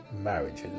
marriages